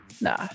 Nah